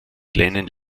kleinen